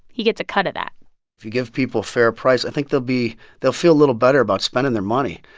he gets a cut of that if you give people a fair price, i think they'll be they'll feel a little better about spending their money.